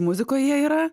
muzikoj jie yra